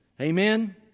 Amen